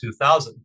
2000